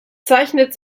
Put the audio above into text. zeichnet